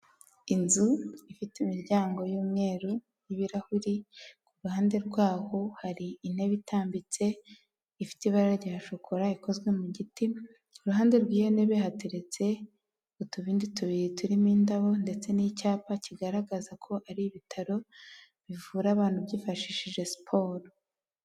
Inzu ifite imiryango y'umweru n’ibirahuri, ku ruhande rwaho hari intebe itambitse ifite ibara rya shokora ikozwe mu giti, iruhande rw'iyo ntebe hateretse utubindi tubiri turimo indabo ndetse n'icyapa kigaragaza ko ari ibitaro bivura abantu byifashishije siporo.